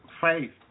faith